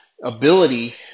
ability